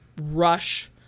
rush